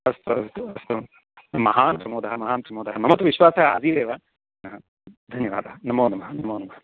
अस्तु अस्तु अस्तु महान् प्रमोदः महान् प्रमोदः मम तु विश्वासः आसीदेव हा धन्यवादः नमो नमः नमो नमः